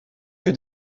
que